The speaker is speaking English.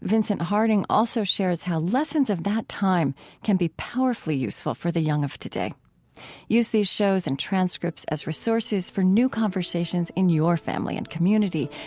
vincent harding also shares how lessons of that time can be powerfully useful for the young of today use these shows and transcripts as resources for new conversations in your family and community,